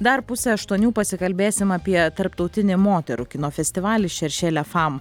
dar pusę aštuonių pasikalbėsim apie tarptautinį moterų kino festivalį šeršė lia fam